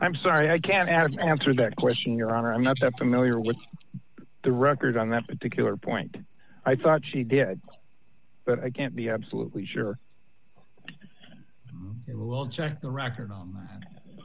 i'm sorry i can't add an answer that question your honor i'm not that familiar with the record on that particular point i thought she did but i can't be absolutely sure it will check the record on that